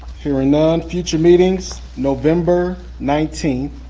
hearing none, future meetings, november nineteenth,